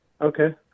Okay